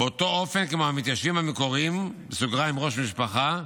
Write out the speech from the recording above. באותו אופן כמו המתיישבים המקוריים, ראש משפחה,